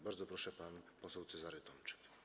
Bardzo proszę, pan poseł Cezary Tomczyk.